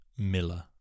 Miller